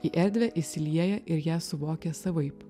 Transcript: į erdvę įsilieja ir ją suvokia savaip